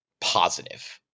positive